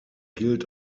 gilt